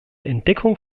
entdeckung